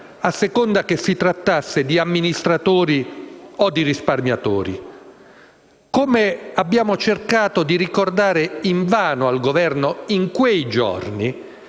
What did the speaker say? a seconda che si trattasse di amministratori o di risparmiatori? Come abbiamo cercato di ricordare invano al Governo in quei giorni,